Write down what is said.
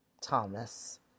Thomas